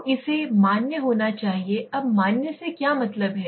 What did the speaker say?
तो इसे मान्य होना चाहिए अब मान्य से क्या मतलब है